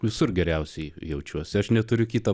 visur geriausiai jaučiuosi aš neturiu kito